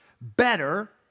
better